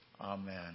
Amen